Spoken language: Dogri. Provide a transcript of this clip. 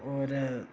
होर